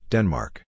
Denmark